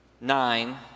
nine